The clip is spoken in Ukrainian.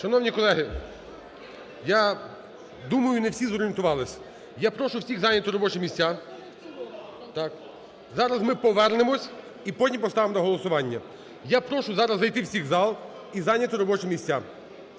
Шановні колеги, я думаю, не всі зорієнтувалися. Я прошу всіх зайняти робочі місця. Зараз ми повернемося і потім поставимо на голосування. Я прошу зараз зайти всіх в зал і зайняти робочі місця.